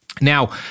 Now